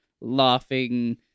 laughing